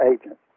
agents